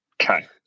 Okay